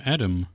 Adam